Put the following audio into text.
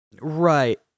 Right